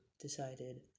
decided